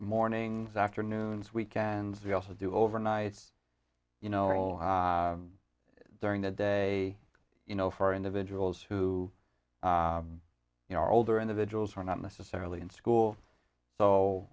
mornings afternoons weekends we also do overnights you know during the day you know for individuals who you know are older individuals who are not necessarily in school so